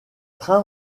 trains